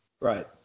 Right